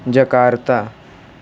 Jakarta